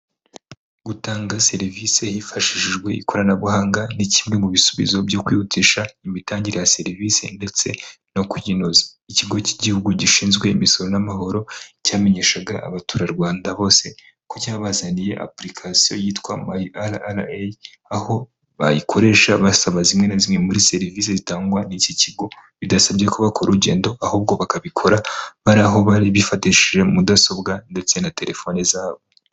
Gutanga serivisi hifashishijwe ikoranabuhanga ni kimwe mu bisubizo byo kwihutisha imitangire ya serivisi ndetse no kuyobora, ikigo cy'igihugu gishinzwe imisoro n'amahoro cyamenyeshaga abaturarwanda bose ko cyabazaniye apulikasiyo yitwa mayi rra, aho bayikoresha basaba zimwe na zimwe muri serivisi zitangwa n'iki kigo bidasabye kuba bakora urugendo ahubwo bakabikora bari aho bari bifashishije mudasobwa ndetse na telefoni zabo.